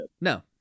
No